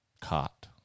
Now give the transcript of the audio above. caught